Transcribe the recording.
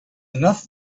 enough